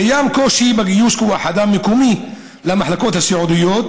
קיים קושי בגיוס כוח אדם מקומי למחלקות הסיעודיות,